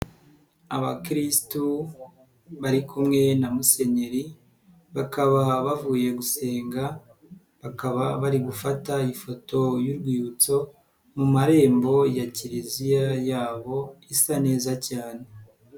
Abakirisitu bari kumwe na musenyeri bakaba bavuye gusenga bakaba bari gufata ifoto y'urwibutso mu marembo ya kiliziya yabo isa neza cyane.